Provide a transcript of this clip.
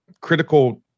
critical